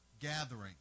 gathering